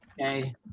Okay